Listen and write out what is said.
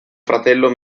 fratello